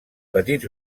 petits